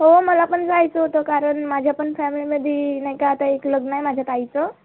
हो मला पण जायचं होतं कारण माझ्या पण फॅमिलीमध्ये नाही का आता एक लग्न आहे माझ्या ताईचं